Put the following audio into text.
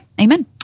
Amen